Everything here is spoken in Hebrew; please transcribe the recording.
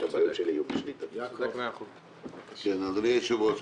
אדוני היושב-ראש,